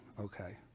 Okay